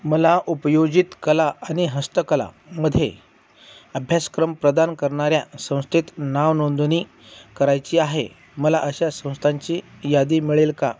मला उपयोजित कला आणि हस्तकलामध्ये अभ्यासक्रम प्रदान करणार्या संस्थेत नावनोंदणी करायची आहे मला अशा संस्थांची यादी मिळेल का